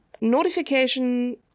notification